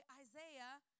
Isaiah